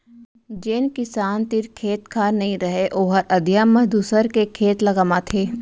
जेन किसान तीर खेत खार नइ रहय ओहर अधिया म दूसर के खेत ल कमाथे